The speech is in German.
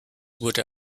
wurde